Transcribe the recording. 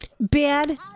bad